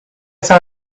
saw